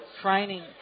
training